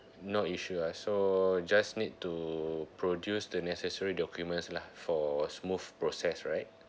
no issue ah so just need to produce the necessary documents lah for smooth process right